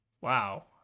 wow